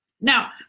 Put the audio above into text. Now